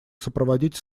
сопроводить